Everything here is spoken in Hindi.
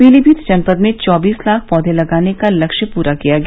पीलीभीत जनपद में चौबीस लाख पौधे लगाने का लक्ष्य पूरा किया गया